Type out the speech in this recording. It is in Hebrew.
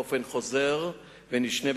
באופן חוזר ונשנה,